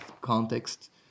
context